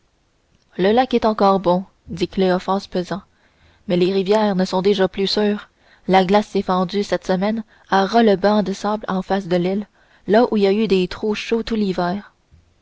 le lac est encore bon dit cléophas pesant mais les rivières ne sont déjà plus sûres la glace s'est fendue cette semaine à ras le banc de sable en face de l'île là où il y a eu des trous chauds tout l'hiver